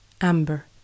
Amber